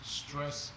stress